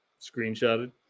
screenshotted